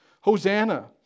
Hosanna